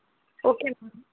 okay ma'am